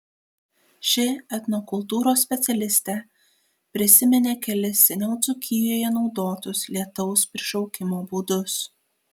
ši etnokultūros specialistė prisiminė kelis seniau dzūkijoje naudotus lietaus prišaukimo būdus